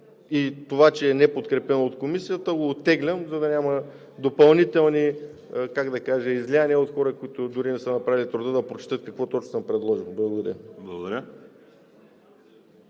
и затова, че не е подкрепено от Комисията, го оттеглям, за да няма допълнителни излияния от хора, които дори не са си направили труда да прочетат какво точно съм предложил. Благодаря.